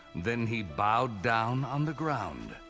then he bowed down on the ground.